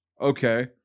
Okay